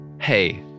Hey